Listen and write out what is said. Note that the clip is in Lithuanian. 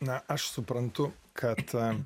na aš suprantu kad